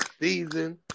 season